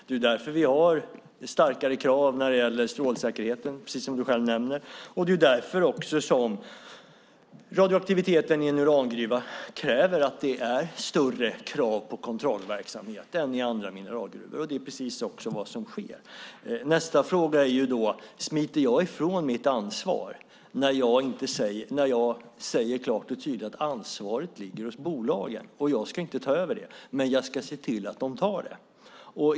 Det är därför vi har starkare krav när det gäller strålsäkerheten, precis som du själv nämner, och det är därför radioaktiviteten i en urangruva kräver att det är större krav på kontrollverksamhet än i andra mineralgruvor. Det är också precis vad som sker. Nästa fråga är: Smiter jag ifrån mitt ansvar när jag klart och tydligt säger att ansvaret ligger hos bolagen och att jag inte ska ta över det, men jag ska se till att de tar det?